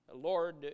Lord